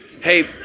Hey